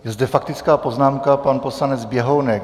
Je zde faktická poznámka pan poslanec Běhounek.